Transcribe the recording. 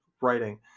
writing